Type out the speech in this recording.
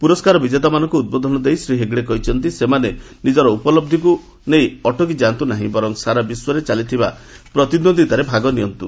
ପୁରସ୍କାର ବିଜେତାମାନଙ୍କୁ ଉଦ୍ବୋଧନ ଦେଇ ଶ୍ରୀ ହେଗ୍ଡେ କହିଛନ୍ତି ସେମାନେ ନିଜର ଉପଲହ୍କକୁ ନେଇ ଅଟକି ଯାଆନ୍ତୁ ନାହିଁ ବରଂ ସାରା ବିଶ୍ୱରେ ଚାଲିଥିବା ପ୍ରତିଦ୍ୱନ୍ଦ୍ୱିତାରେ ଭାଗ ନିଅନ୍ତୁ